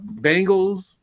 Bengals